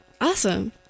awesome